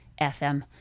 FM